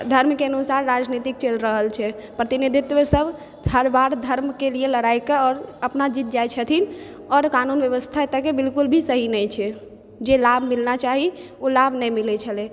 धर्म के अनुसार राजनीतिक चलि रहल छै प्रतिनिधित्व सब हर बार धर्म के लिए लड़ाई कए अपना जीत जाइ छथिन आओर क़ानून व्यवस्था एते के बिल्कुल भी सही नहि छै जे ओ लाभ नहि मिलना चाही ओ लाभ नहि मिलै छलै